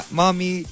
mommy